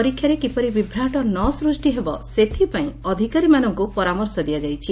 ପରୀକ୍ଷାରେ କିପରି ବିଭ୍ରାଟ ନ ସୃଷ୍ଟି ହେବ ସେଥିପାଇଁ ଅଧିକାରୀମାନଙ୍କୁ ପରାମର୍ଶ ପରାମର୍ଶ ଦିଆଯାଇଛି